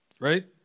right